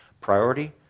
Priority